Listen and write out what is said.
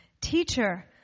teacher